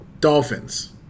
Dolphins